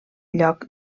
lloc